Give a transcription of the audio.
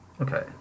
Okay